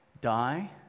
Die